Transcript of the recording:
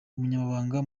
umunyamabanga